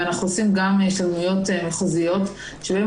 ואנחנו עושים גם השתלמויות מחוזיות שבהן